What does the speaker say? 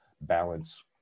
balance